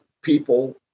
people